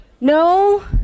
No